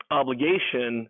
obligation